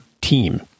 team